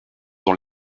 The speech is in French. dans